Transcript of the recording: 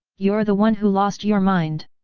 you're the one who lost your mind!